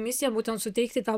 misija būtent suteikti tą